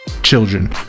children